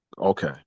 Okay